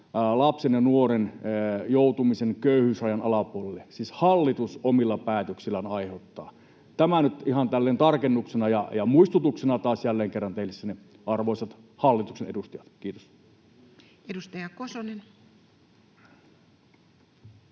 lapsen ja nuoren joutumisen köyhyysrajan alapuolelle — siis hallitus omilla päätöksillään aiheuttaa. Tämä nyt ihan tälleen tarkennuksena ja muistutuksena taas jälleen kerran teille sinne, arvoisat hallituksen edustajat. — Kiitos. Edustaja Kosonen.